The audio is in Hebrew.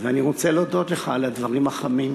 ואני רוצה להודות לך על הדברים החמים.